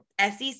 SEC